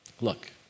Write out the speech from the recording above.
Look